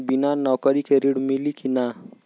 बिना नौकरी के ऋण मिली कि ना?